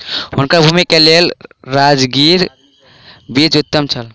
हुनकर भूमि के लेल राजगिरा बीज उत्तम छल